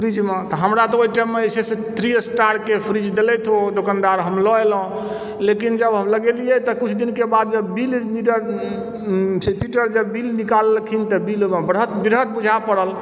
fridge मे तऽ हमरा तऽ ओहि टाइम मे जे छै से थ्री स्टार रेटिंग फ्रिज देलैथ ओ दोकानदार हम लऽ एलहुॅं लेकिन जब हम लगेलियैह तऽ कुछ दिन के बाद जे बिल मीटर मीटर जे छै बिल निकाललखिन तऽ बिल ओहिमे बढ़त वृहद बुझा पड़ल